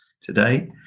today